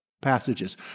passages